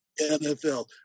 NFL